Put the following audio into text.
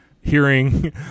hearing